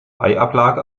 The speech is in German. eiablage